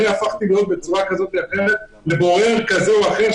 הפכתי להיות בצורה כזאת או אחרת לבורר כזה או אחר,